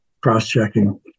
cross-checking